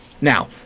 Now